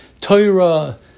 Torah